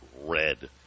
red